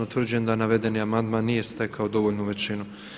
Utvrđujem da navedeni amandman nije stekao dovoljnu većinu.